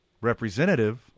representative